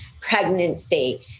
pregnancy